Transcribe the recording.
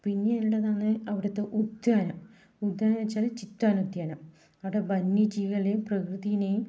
പിന്നെയുള്ളതാണ് അവിടുത്തെ ഉദ്യാനം ഉദ്യാനം എന്ന് വെച്ചാൽ ചിത്താണ് ഉദ്യാനം അവിടെ വന്യജീവികളെയും പ്രകൃതിയെയും